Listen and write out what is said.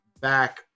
back